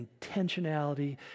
intentionality